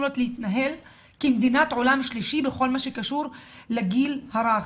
להתנהל כמדינת עולם שלישי בכל מה שקשור לגיל הרך.